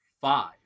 five